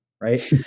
Right